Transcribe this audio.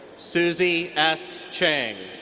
suzie s. chang.